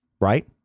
right